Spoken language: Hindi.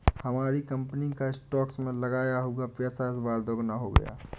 हमारी कंपनी का स्टॉक्स में लगाया हुआ पैसा इस बार दोगुना हो गया